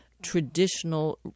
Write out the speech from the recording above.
traditional